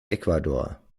ecuador